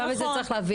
גם את זה צריך להבין.